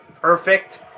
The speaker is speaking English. perfect